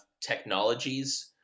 technologies